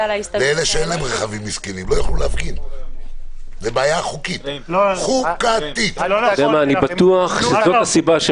3,907. מי בעד ההסתייגויות מ-30 עד 3,907?